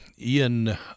ian